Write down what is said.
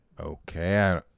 Okay